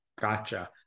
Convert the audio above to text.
Gotcha